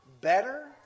better